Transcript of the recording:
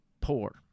poor